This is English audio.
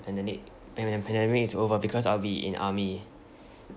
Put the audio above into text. pandemic when the pandemic is over because I'll be in army